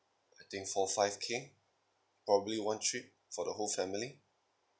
I think four five K probably one trip for the whole family